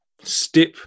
step